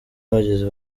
abagizi